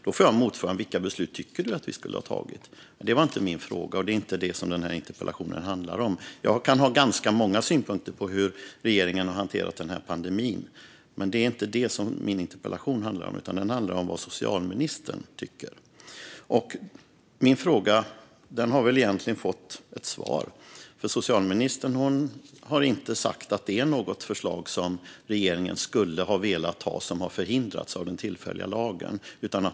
Då får jag motfrågan: Vilka beslut tycker du att vi skulle ha tagit? Det var inte min fråga. Det är inte det som min interpellation handlar om. Jag kan ha ganska många synpunkter på hur regeringen har hanterat pandemin, men det är inte det min interpellation handlar om. Den handlar om vad socialministern tycker. Min fråga har väl egentligen fått ett svar. Socialministern har inte sagt att det är något förslag som regeringen skulle ha velat ta som har förhindrats av den tillfälliga lagen.